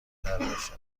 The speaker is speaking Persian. فراگیرتر